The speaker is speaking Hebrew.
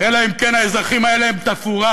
אלא אם כן האזרחים האלה הם תפאורה,